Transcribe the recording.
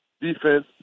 defense